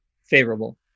favorable